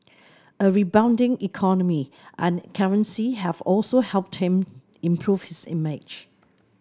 a rebounding economy and currency have also helped him improve his image